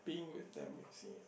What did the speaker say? being with them you see